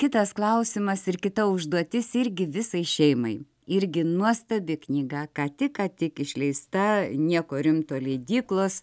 kitas klausimas ir kita užduotis irgi visai šeimai irgi nuostabi knyga ką tik ką tik išleista nieko rimto leidyklos